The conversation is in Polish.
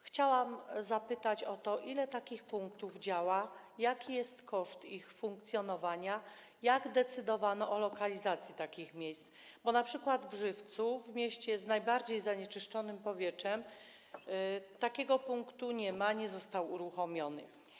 Chciałam zapytać o to, ile takich punktów działa, jaki jest koszt ich funkcjonowania, jak decydowano o lokalizacji takich miejsc, bo np. w Żywcu, w mieście z najbardziej zanieczyszczonym powietrzem, takiego punktu nie ma, nie został on uruchomiony.